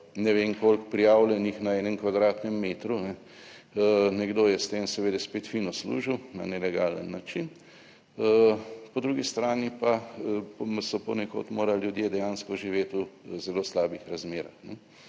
ne vem koliko prijavljenih na 1 kvadratnem metru, nekdo je s tem seveda spet fino služil, na nelegalen način, po drugi strani pa so ponekod morali ljudje dejansko živeti v zelo slabih razmerah.